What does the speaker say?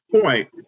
point